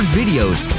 videos